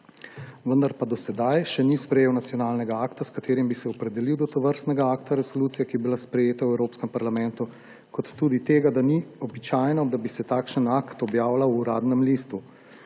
vendar pa do sedaj še ni sprejel nacionalnega akta, s katerim bi se opredelil do tovrstnega akta resolucije, ki je bila sprejeta v Evropskem parlamentu, ter tudi tega, da ni običajno, da bi se takšen akt objavljal v Uradnem listu.